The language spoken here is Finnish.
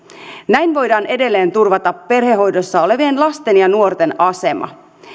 näin voidaan edelleen turvata perhehoidossa olevien lasten ja nuorten asema